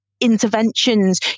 interventions